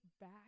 back